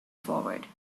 forward